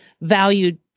valued